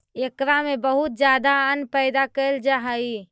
एकरा में बहुत ज्यादा अन्न पैदा कैल जा हइ